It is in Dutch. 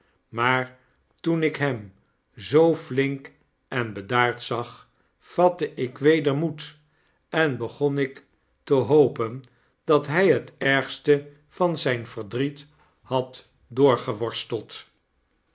maar toen ik hem zoo fitnk en bedaard zag vatte ik weder moed en begon ik te hopen dat hjjhetergste van zijn verdriet had